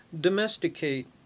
domesticate